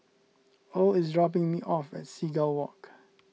Earl is dropping me off at Seagull Walk